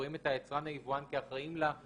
רואים את היצרן או היבואן כאחרים לה.